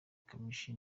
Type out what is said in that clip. kamichi